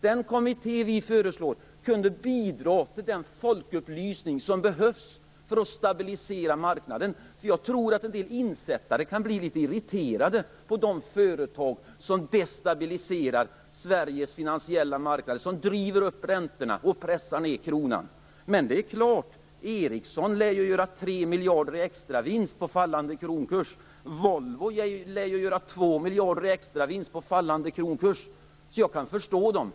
Den kommitté som vi föreslår kunde bidra till den folkupplysning som behövs för att stabilisera marknaden. Jag tror att en del insättare kan bli litet irriterade på de företag som destabiliserar Sveriges finansiella marknader, driver upp räntorna och pressar ned kronan. Ericsson väntas göra 3 miljarder och Volvo 2 miljarder i extravinst på fallande kronkurs, så jag kan förstå sådana personer.